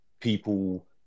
people